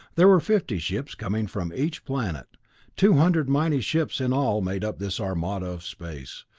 there were fifty ships coming from each planet two hundred mighty ships in all made up this armada of space,